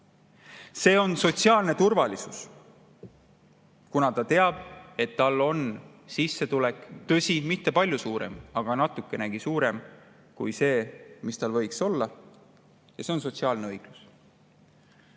tekitab sotsiaalset turvalisust, kuna inimene teab, et tal on sissetulek, tõsi, mitte palju suurem, aga natukenegi suurem kui see, mis tal võiks olla, see loob sotsiaalset õiglust.